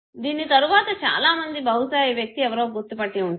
దీని తరువాత చాలా మంది బహుశా ఈ వ్యక్తి ఎవరో గుర్తు పట్టి వుంటారు